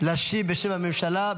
להשיב בשם הממשלה.